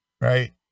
Right